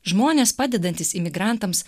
žmonės padedantys imigrantams